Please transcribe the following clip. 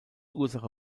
ursache